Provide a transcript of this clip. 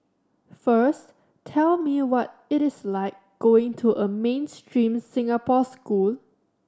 first tell me what it is like going to a mainstream Singapore school